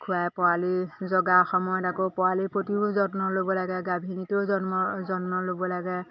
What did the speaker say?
খুৱাই পোৱালি জগাৰ সময়ত আকৌ পোৱালিৰ প্ৰতিও যত্ন ল'ব লাগে গাভিনীতেও জন্ম যত্ন ল'ব লাগে